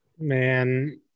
Man